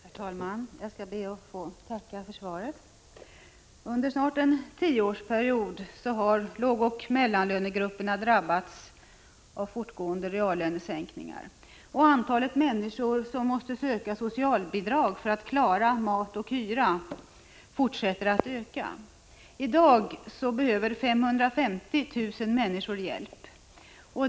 Herr talman! Jag skall be att få tacka för svaret. Under snart en tioårsperiod har lågoch mellanlönegrupperna drabbats av fortgående reallönesänknirigar. Antalet människor som måste söka socialbidrag för att klara mat och hyra fortsätter att öka. I dag behöver 550 000 människor hjälp.